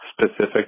specific